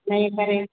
हिन जे करे